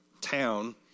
town